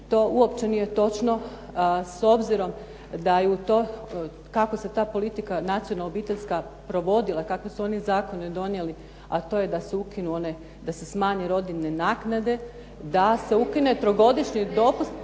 To uopće nije točno s obzirom kako se ta politika nacionalna obiteljska provodila, kakve su one zakone donijeli, a to je da se ukinu one da se smanje rodiljine naknade, da se ukine trogodišnji dopust.